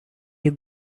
you